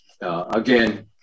again